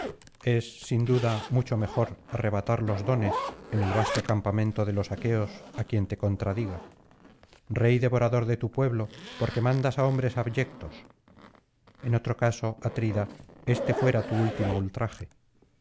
es sin duda mucho mejor arrebatar los dones en el vasto campamento de los aqueos á quien te contradiga rey devorador de tu pueblo porque mandas á hombres abyectos en otro caso atrida éste fuera tu último ultraje